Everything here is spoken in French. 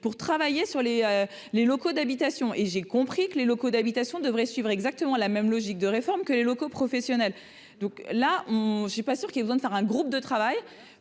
pour travailler sur les les locaux d'habitation et j'ai compris que les locaux d'habitation devraient suivre exactement la même logique de réformes que les locaux professionnels, donc là on je suis pas sûr qu'ils vont faire un groupe de travail